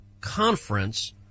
conference